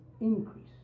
increase